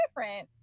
different